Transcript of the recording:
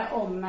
om